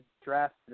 draft